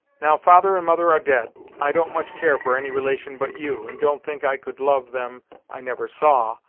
now father and mother are dead, i don't much care for any relation but you, and don't think i could love them i never saw,